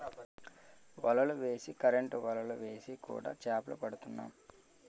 వలలు వేసి కరెంటు వలలు వేసి కూడా చేపలు పడుతున్నాం